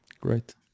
Great